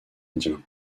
indien